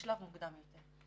בשלב מוקדם יותר.